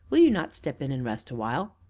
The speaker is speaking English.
will you not step in and rest awhile?